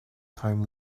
time